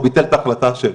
הוא ביטל את ההחלטה שלו.